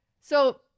So-